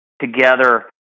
together